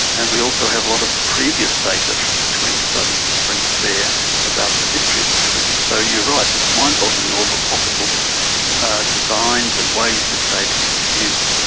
and we also have a lot of previous data from the twin studies to bring to bear about the history of the twins. so you're right, it's mind-boggling, all the possible designs and ways this data can be used.